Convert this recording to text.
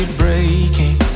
breaking